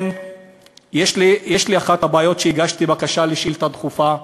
אחת הבעיות שעליה הגשתי בקשה לשאילתה דחופה,